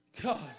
God